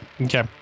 Okay